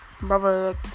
Brother